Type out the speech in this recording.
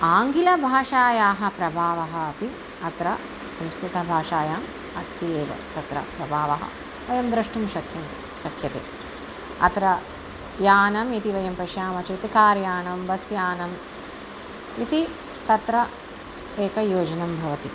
आङ्ग्लभाषायाः प्रभावः अपि अत्र संस्कृतभाषायाम् अस्ति एव तत्र प्रभावः वयं द्रष्टुं शक्यते शक्यते अत्र यानम् इति वयं पश्यामः चेत् कार्यानं बस्यानम् इति तत्र एकं योजनं भवति